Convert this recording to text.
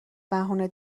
بهونه